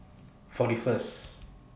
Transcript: forty First